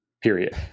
period